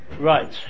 Right